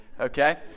okay